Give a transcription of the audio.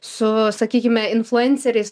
su sakykime influenceriais